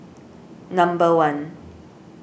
number one